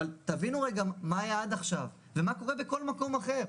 אבל תבינו מה היה עד עכשיו ומה קורה בכל מקום אחר.